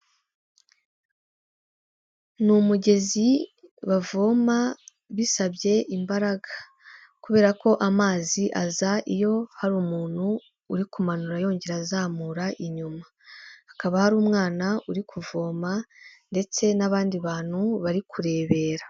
Ni umugezi bavoma bisabye imbaraga kubera ko amazi aza iyo hari umuntu uri kumanura yongera azamura inyuma, akaba hari umwana uri kuvoma ndetse n'abandi bantu bari kurebera.